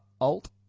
Alt